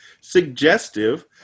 suggestive